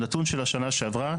הנתון של השנה שעברה,